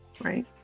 right